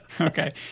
Okay